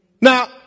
Now